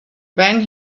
when